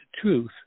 truth